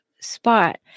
spot